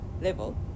level